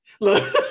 Look